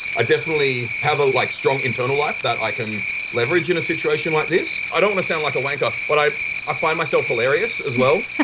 i definitely have a like strong internal life that i can leverage in a situation like this. i don't want to sound like a wanker but i i find myself hilarious as well.